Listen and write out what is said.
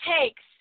takes